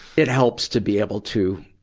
it helps to be able to,